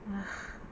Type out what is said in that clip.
sigh